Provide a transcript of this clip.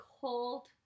cold